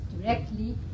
directly